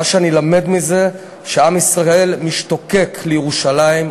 מה שאני למד מזה שעם ישראל משתוקק לירושלים,